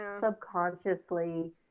subconsciously